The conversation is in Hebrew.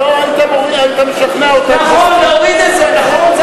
לא, היית משכנע אותם, להוריד את זה, נכון.